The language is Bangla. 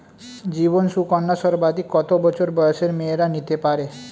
জীবন সুকন্যা সর্বাধিক কত বছর বয়সের মেয়েরা নিতে পারে?